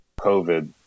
COVID